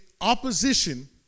opposition